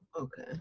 Okay